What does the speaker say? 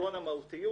עיקרון המהותיות,